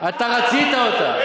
אתה רצית אותה.